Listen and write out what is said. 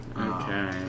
Okay